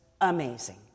amazing